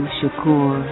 Shakur